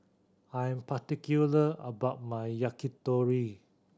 I'm particular about my Yakitori